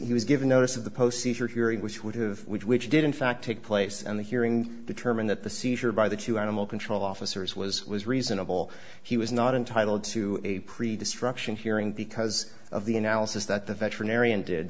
he was given notice of the post seizure hearing which would have which did in fact take place and the hearing determined that the seizure by the two animal control officers was was reasonable he was not entitled to a pre destruction hearing because of the analysis that the veterinarian did